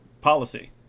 policy